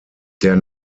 der